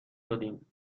شدیم